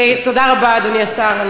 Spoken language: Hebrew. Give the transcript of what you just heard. תודה רבה, אדוני השר.